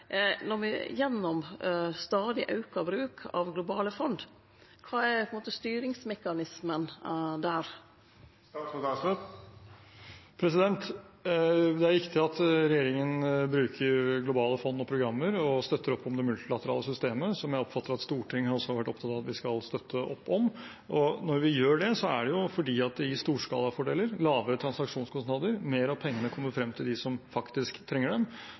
når me stadig aukar bruken av globale fond? Kva er styringsmekanismen der? Det er riktig at regjeringen bruker globale fond og programmer og støtter opp om det multilaterale systemet, som jeg oppfatter at Stortinget også har vært opptatt av at vi skal støtte opp om. Når vi gjør det, er det fordi det gir storskalafordeler, lavere transaksjonskostnader, mer av pengene kommer frem til dem som faktisk trenger